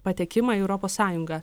patekimą į europos sąjungą